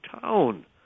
town